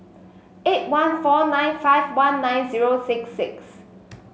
eight one four nine five one nine zero six six